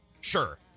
sure